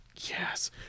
Yes